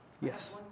Yes